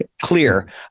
clear